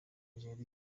nigeria